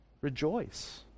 Rejoice